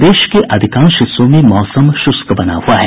प्रदेश में अधिकांश हिस्सों में मौसम शुष्क बना हुआ है